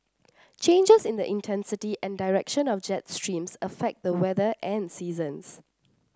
changes in the intensity and direction of jet streams affect the weather and seasons